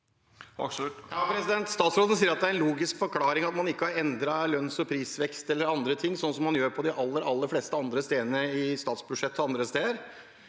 Statsråden sier at det er en logisk forklaring på at man ikke har endret lønns- og prisvekst eller andre ting, slik man gjør på de aller fleste andre områder i statsbudsjettet og andre steder.